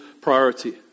priority